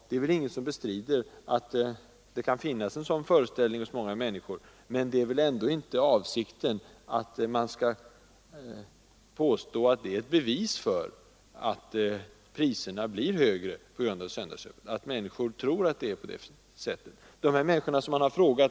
Det är väl ingen som bestrider att det kan finnas en sådan föreställning hos många människor. Men ingen vill väl påstå, att det är bevisat att priserna blir högre av söndagsöppet, bara genom att människor tror att det förhåller sig så.